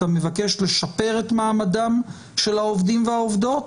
אתה מבקש לשפר את מעמדם של העובדים והעובדות